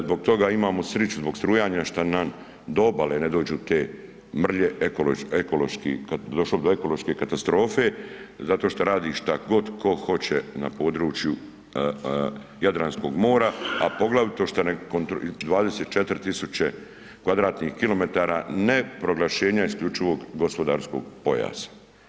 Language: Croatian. Zbog toga imamo sriću zbog strujanja šta nam do obale ne dođu te mrlje, došlo bi do ekološke katastrofe zato šta radi šta god ko hoće na području Jadranskog mora, a poglavito šta 24.000 kvadratnih kilometara ne proglašenja isključivog gospodarskog pojasa.